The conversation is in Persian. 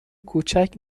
کوچک